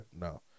no